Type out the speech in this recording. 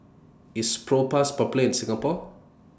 IS Propass Popular in Singapore